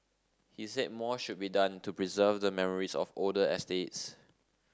he said more should be done to preserve the memories of older estates